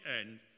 end